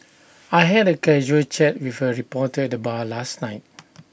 I had A casual chat with A reporter at the bar last night